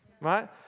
Right